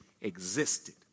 existed